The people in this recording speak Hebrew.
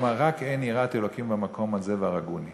אמר: רק אין יראת אלוקים במקום הזה והרגוני